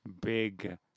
big